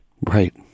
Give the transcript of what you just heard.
Right